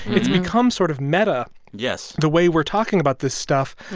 it's become sort of meta yes the way we're talking about this stuff.